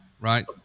right